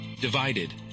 Divided